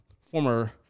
former